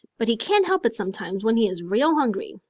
but he can't help it sometimes when he is real hungry.